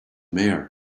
mayor